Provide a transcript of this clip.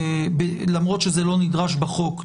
למרות שזה לא נדרש בחוק,